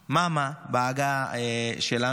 מאמא בעגה שלנו,